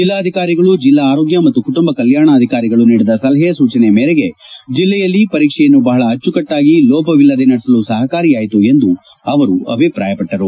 ಜೆಲ್ಲಾಧಿಕಾರಿಗಳು ಜೆಲ್ಲಾ ಆರೋಗ್ಯ ಮತ್ತು ಕುಟುಂಬ ಕಲ್ನಾಡಾಧಿಕಾರಿಗಳು ನೀಡಿದ ಸಲಹೆ ಸೂಚನೆ ಮೇರೆಗೆ ಜಲ್ಲೆಯಲ್ಲಿ ಪರೀಕ್ಷೆಯನ್ನು ಬಹಳ ಅಬ್ಬಕಟ್ನಾಗಿ ಲೋಪವಿಲ್ಲದೆ ನಡೆಸಲು ಸಹಕಾರಿಯಾಯಿತು ಎಂದು ಅವರು ಅಭಿಪ್ರಾಯಪಟ್ಟರು